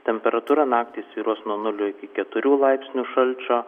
temperatūra naktį svyruos nuo nulio keturių laipsnių šalčio